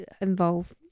involve